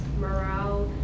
morale